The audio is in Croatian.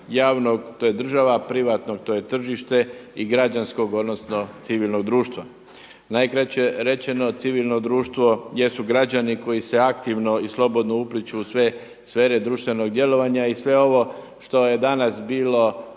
javnog to je država, privatnog to je tržište i građanskog odnosno civilnog društva. Najkraće rečeno, civilno društvo jesu građani koji se aktivno i slobodno upliću u sve sfere društvenog djelovanja i sve ovo što je danas bilo